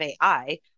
AI